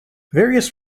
various